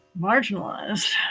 marginalized